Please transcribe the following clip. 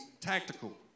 tactical